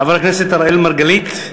חבר הכנסת אראל מרגלית.